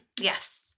Yes